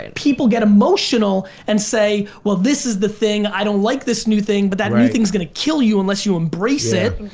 and people get emotional and say, well this is the thing. i don't like this new thing, but that new thing's gonna kill you unless you embrace it.